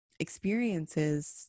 experiences